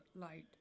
light